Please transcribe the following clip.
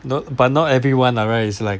no but not everyone ah right is like